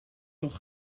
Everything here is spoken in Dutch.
toch